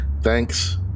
thanks